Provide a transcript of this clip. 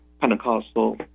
Pentecostal